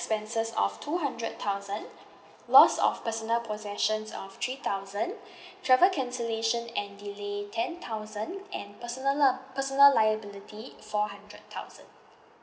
expenses of two hundred thousand loss of personal possessions of three thousand travel cancellation and delay ten thousand and personal lu~ personal liability four hundred thousand